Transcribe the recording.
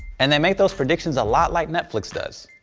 and they make those predictions a lot like netflix does.